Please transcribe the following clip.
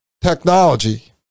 technology